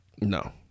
no